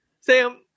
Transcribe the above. Sam